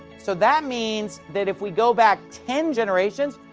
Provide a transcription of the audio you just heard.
so that means that if we go back ten generations,